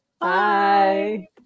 Bye